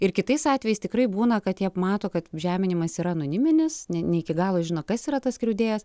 ir kitais atvejais tikrai būna kad jie mato kad žeminimas yra anoniminis ne ne iki galo žino kas yra tas skriaudėjas